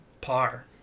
par